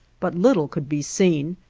but little could be seen,